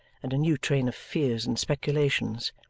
and a new train of fears and speculations.